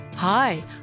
Hi